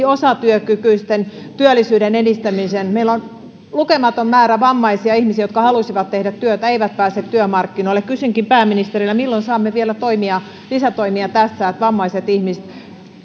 osatyökykyisten työllisyyden edistämisen meillä on lukematon määrä vammaisia ihmisiä jotka haluaisivat tehdä työtä eivät pääse työmarkkinoille kysynkin pääministeriltä milloin saamme vielä lisätoimia tässä että vammaiset ihmiset